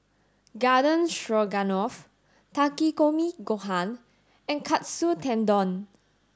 Garden Stroganoff Takikomi Gohan and Katsu Tendon